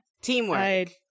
Teamwork